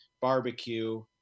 barbecue